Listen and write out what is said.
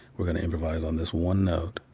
we're going to improvise on this one note,